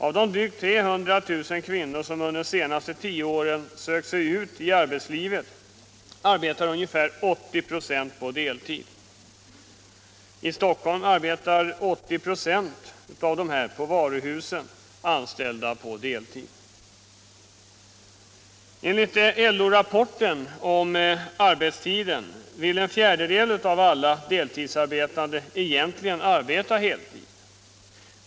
Av de drygt 300 000 Onsdagen den kvinnor som under de senaste tio åren sökt sig ut i arbetslivet arbetar 2 mars 1977 ungefär 80 26 på deltid. I Stockholm arbetar 80 26 av de på varuhusen I anställda på deltid. Enligt LO-rapporten om arbetstiden vill en fjärdedel — Pensionspoäng på av alla deltidsarbetande egentligen arbeta på heltid.